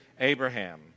Abraham